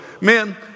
men